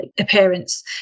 appearance